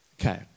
okay